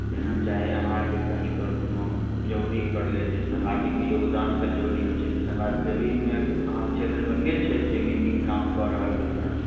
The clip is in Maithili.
जेना चाहे अहाँ आओरकेँ कहीँपर कोनो जरूरी पड़लै जे सामाजिक योगदानके जरूरी होइ छै तऽ समाजसेवीमे अहाँके क्षेत्रमे के छथि जे कि नीक काम कऽ रहलखिन हेँ